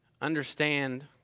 Understand